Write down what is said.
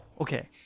Okay